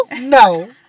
No